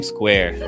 Square